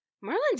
Merlin's